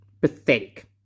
Pathetic